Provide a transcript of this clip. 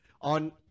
on